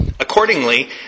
Accordingly